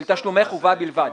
של תשלומי חובה בלבד.